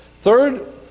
Third